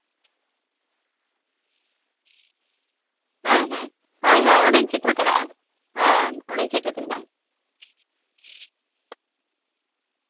ᱦᱮᱸ ᱦᱮᱸ ᱦᱳᱭ ᱦᱳᱭ ᱚᱸᱰᱮᱧ ᱥᱮᱴᱮᱨ ᱠᱟᱫᱟ ᱦᱳᱭ ᱚᱸᱰᱮᱧ ᱥᱮᱴᱮᱨ ᱠᱟᱫᱟ